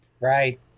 Right